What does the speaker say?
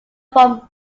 from